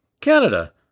Canada